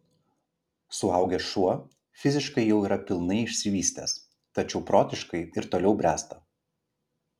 suaugęs šuo fiziškai jau yra pilnai išsivystęs tačiau protiškai ir toliau bręsta